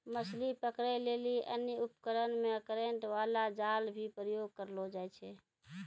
मछली पकड़ै लेली अन्य उपकरण मे करेन्ट बाला जाल भी प्रयोग करलो जाय छै